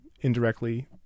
indirectly